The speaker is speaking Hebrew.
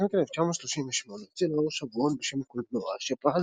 משנת 1938 הוציא לאור שבועון בשם "קולנוע" שפעל